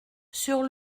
sur